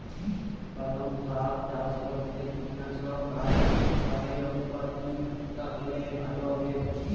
পালং শাক চাষ করতে কীটনাশক আর সারের অনুপাত কি রাখলে ভালো হবে?